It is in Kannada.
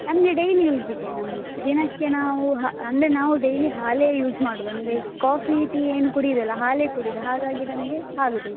ನಮಗೆ ಡೈಲಿ ಯೂಸಿಗೆ ನಮಗೆ ದಿನಕ್ಕೆ ನಾವು ಅಂದರೆ ಡೈಲಿ ಹಾಲೇ ಯೂಸ್ ಮಾಡೋದು ಅಂದರೆ ಕಾಫಿ ಟಿ ಏನು ಕುಡಿಯುವುದಿಲ್ಲ ಹಾಲೇ ಕುಡಿಯುವುದು ಹಾಗಾಗಿ ನಮಗೆ ಹಾಲು ಬೇಕು